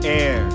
air